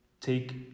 take